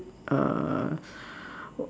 err